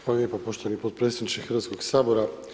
Hvala lijepa poštovani potpredsjedniče Hrvatskog sabora.